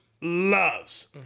loves